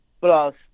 plus